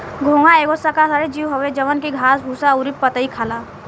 घोंघा एगो शाकाहारी जीव हवे जवन की घास भूसा अउरी पतइ खाला